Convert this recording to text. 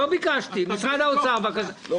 לא ראינו שום יוזמה.